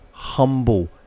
Humble